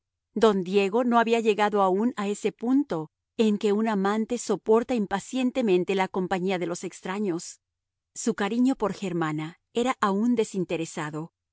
don diego no había llegado aún a ese punto en que un amante soporta impacientemente la compañía de los extraños su cariño por germana era aún desinteresado